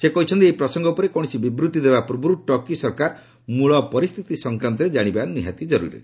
ସେ କହିଛନ୍ତି ଏହି ପ୍ରସଙ୍ଗ ଉପରେ କୌଣସି ବିବୃତ୍ତି ଦେବା ପୂର୍ବରୁ ଟର୍କୀ ସରକାର ମୂଳ ପରିସ୍ଥିତି ସଂକ୍ରାନ୍ତରେ ଜାଣିବା ନିହାତି ଜରୁରୀ